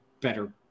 better